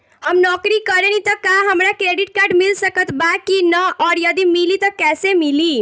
हम नौकरी करेनी त का हमरा क्रेडिट कार्ड मिल सकत बा की न और यदि मिली त कैसे मिली?